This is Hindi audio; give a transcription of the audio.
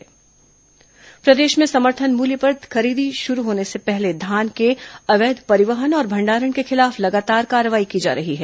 अवैध धान परिवहन कार्रवाई प्रदेश में समर्थन मुल्य पर खरीदी शुरू होने से पहले धान के अवैध परिवहन और भंडारण के खिलाफ लगातार कार्रवाई की जा रही है